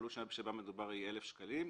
העלות שבה מדובר היא אלף שקלים,